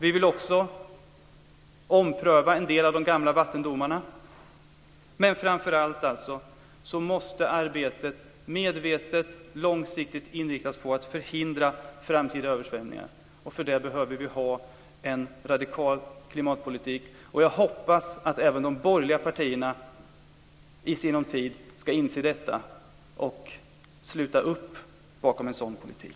Vi vill också ompröva en del av de gamla vattendomarna. Men framför allt måste arbetet medvetet och långsiktigt inriktas på att förhindra framtida översvämningar, och för det behöver vi ha en radikal klimatpolitik. Jag hoppas att även de borgerliga partierna i sinom tid ska inse detta och sluta upp bakom en sådan politik.